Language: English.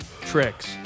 Tricks